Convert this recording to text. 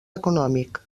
econòmic